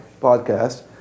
podcast